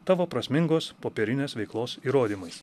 tavo prasmingos popierinės veiklos įrodymais